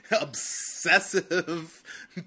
obsessive